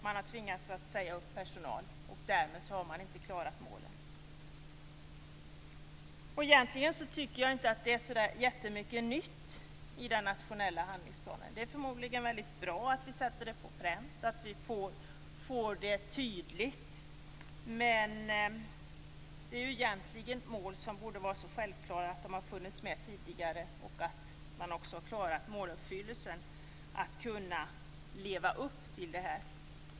Man har tvingats att säga upp personal och därmed har man inte klarat målen. Egentligen tycker jag inte att det är så jättemycket nytt i den nationella handlingsplanen. Det är förmodligen väldigt bra att vi sätter det på pränt, att vi får det tydligt. Men det är egentligen mål som är så självklara att de borde ha funnits med tidigare. Man borde ha klarat att uppfylla målen, att leva upp till det här.